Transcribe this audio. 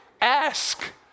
ask